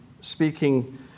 speaking